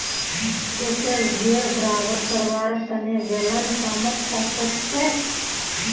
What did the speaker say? खेतेर ढेल बराबर करवार तने बेलन कामत ओसछेक